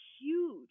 huge